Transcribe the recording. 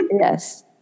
yes